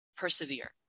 persevere